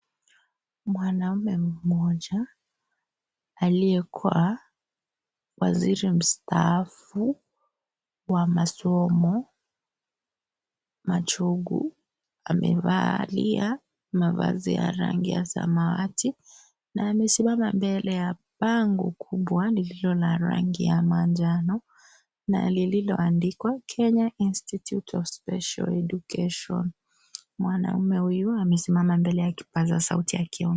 Mwanaume mmoja aliyekuwa waziri mstaafu wa masomo machogu amevalia mavazi ya rangi ya samawati na amesimama mbele ya bango kubwa lililona rangi la njano na lililoandikwa Kenya institute of special education mwanaume huyu amesimama mbele ya kipasa sauti akiongea .